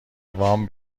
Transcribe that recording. وام